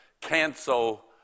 cancel